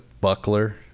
Buckler